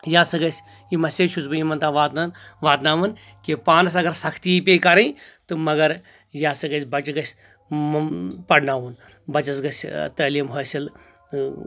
یہ ہسا گژھہِ یہِ مسیج چھُس بہٕ یِمن تام واتن واتناوان کہِ پانس اگر سختی یہِ پیہِ کرٕنۍ تہٕ مگر یہ ہسا گژھہِ بچہِ گژھہِ پرناوُن بچس گژھہِ تعلیٖم حٲصل اۭں